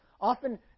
Often